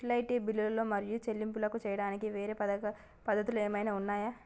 Utility బిల్లులు మరియు చెల్లింపులు చేయడానికి వేరే పద్ధతులు ఏమైనా ఉన్నాయా?